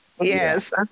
Yes